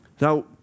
Now